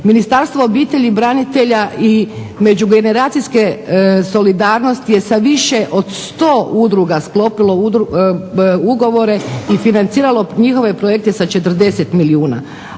Ministarstvo obitelji, branitelja i međugeneracijske solidarnosti je sa više od 100 udruga sklopilo ugovore i financiralo njihove projekte sa 40 milijuna.